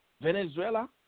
Venezuela